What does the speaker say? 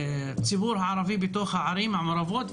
לציבור הערבי בתוך הערים המעורבות.